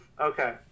okay